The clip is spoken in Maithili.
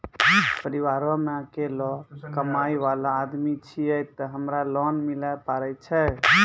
परिवारों मे अकेलो कमाई वाला आदमी छियै ते हमरा लोन मिले पारे छियै?